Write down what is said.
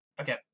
Okay